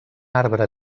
arbre